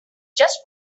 just